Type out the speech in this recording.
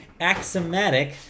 Axiomatic